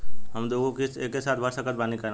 हम दु गो किश्त एके साथ भर सकत बानी की ना?